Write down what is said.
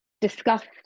discussed